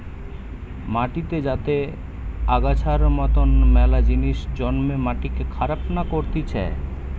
মাটিতে যাতে আগাছার মতন মেলা জিনিস জন্মে মাটিকে খারাপ না করতিছে